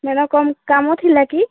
madam କ'ଣ କାମ ଥିଲା କି